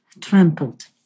trampled